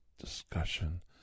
discussion